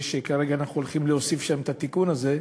שכרגע אנחנו הולכים להוסיף שם את התיקון הזה,